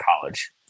college